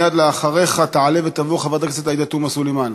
מייד אחריך תעלה ותבוא חברת הכנסת עאידה תומא סלימאן.